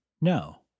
no